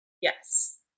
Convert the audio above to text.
Yes